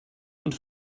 und